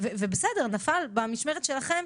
ובסדר נפל במשמרת שלכם